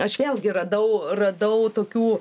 aš vėlgi radau radau tokių